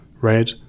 Red